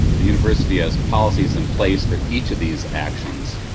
the university has policies in place for each of these actions.